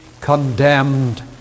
condemned